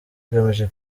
ugamije